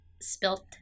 spilt